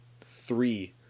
three